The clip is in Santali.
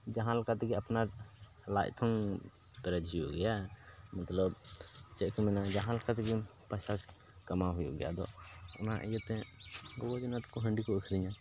ᱡᱟᱦᱟᱸ ᱞᱮᱠᱟ ᱛᱮᱜᱮ ᱟᱯᱱᱟᱨ ᱞᱟᱡ ᱛᱚ ᱯᱮᱨᱮᱡᱽ ᱦᱩᱭᱩᱜ ᱜᱮᱭᱟ ᱢᱚᱛᱞᱚᱵ ᱪᱮᱫ ᱠᱚ ᱢᱮᱱᱟ ᱡᱟᱦᱟᱸ ᱞᱮᱠᱟ ᱛᱮᱜᱮᱢ ᱯᱚᱭᱥᱟ ᱠᱟᱢᱟᱣ ᱦᱩᱭᱩᱜ ᱜᱮᱭᱟ ᱟᱫᱚ ᱚᱱᱟ ᱤᱭᱟᱹ ᱛᱮ ᱜᱚᱜᱚ ᱡᱚᱱᱟ ᱛᱟᱠᱚ ᱦᱟᱺᱰᱤ ᱠᱚ ᱟᱹᱠᱷᱨᱤᱧᱟ